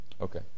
okay